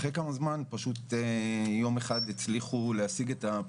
ועדות ואני ממש חושבת שצריך להקים ועדה בין-משרדית